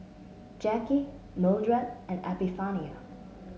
Jacky Mildred and Epifanio